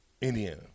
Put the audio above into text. Indiana